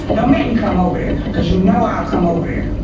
don't make me come over there. cause you know i'll come over there.